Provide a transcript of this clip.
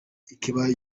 ikibaya